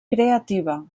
creativa